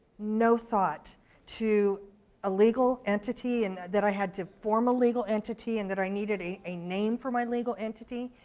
no thought to a legal entity, and that i had to form a legal entity and that i needed a a name for my legal entity.